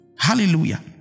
Hallelujah